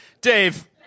Dave